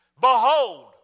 Behold